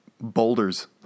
boulders